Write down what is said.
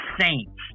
saints